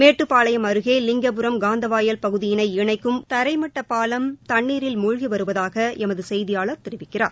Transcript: மேட்டுப்பாளையம் அருகே லிங்கபுரம் காந்தவாயல் பகுதியினை இணைக்கும் தரைமட்ட பாலம் தண்ணீரில் மூழ்கி வருவதாக எமது செய்தியாளர் தெரிவிக்கிறார்